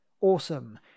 awesome